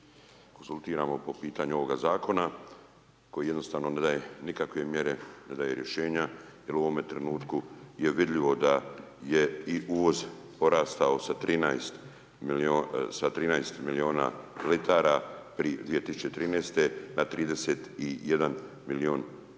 konzultiramo po pitanju ovoga zakona koji jednostavno ne daje nikakve mjere, ne daje rješenja jer u ovome trenutku je vidljivo da je i uvoz porastao sa 13 milijuna litara pri 2013. na 31 milijun litara